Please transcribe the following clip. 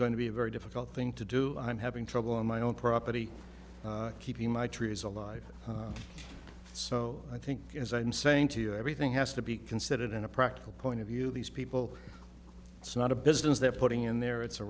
going to be a very difficult thing to do i'm having trouble on my own property keeping my trees alive so i think as i'm saying to you everything has to be considered in a practical point of view these people it's not a business they're putting in there it's a